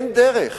אין דרך.